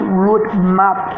roadmap